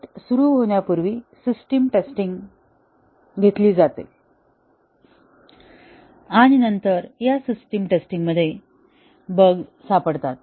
taste सुरू होण्यापूर्वी system testing घेतली जाते आणि नंतर या सिस्टीम टेस्टिंगमध्ये बग्स सापडतात